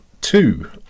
two